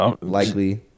likely